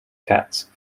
cats